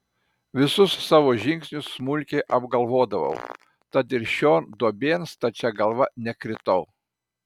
visus savo žingsnius smulkiai apgalvodavau tad ir šion duobėn stačia galva nekritau